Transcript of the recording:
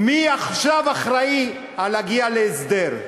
מי עכשיו אחראי להגיע להסדר?